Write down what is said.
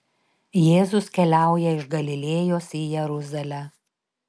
jėzus keliauja iš galilėjos į jeruzalę